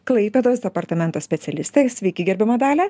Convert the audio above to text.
klaipėdos departamento specialistė sveiki gerbiama dalia